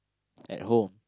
at home